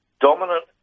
dominant